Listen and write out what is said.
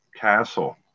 castle